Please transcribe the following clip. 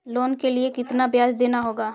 Loan के लिए कितना ब्याज देना होगा?